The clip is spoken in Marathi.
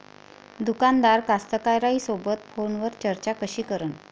दुकानदार कास्तकाराइसोबत फोनवर चर्चा कशी करन?